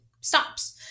stops